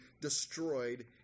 destroyed